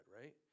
right